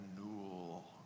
renewal